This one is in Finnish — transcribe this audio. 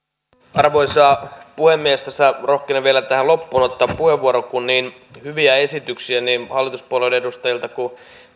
arvoisa puhemies rohkenen vielä tähän loppuun ottaa puheenvuoron kun on tullut niin hyviä esityksiä niin hallituspuolueiden edustajilta kuin